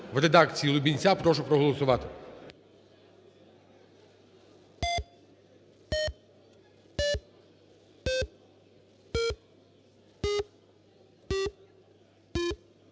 у редакції Лубінця, прошу проголосувати.